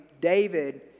David